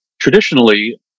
traditionally